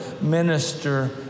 minister